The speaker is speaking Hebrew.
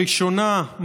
הראשונה,